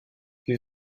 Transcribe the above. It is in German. wie